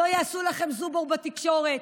לא יעשו לכן זובור בתקשורת,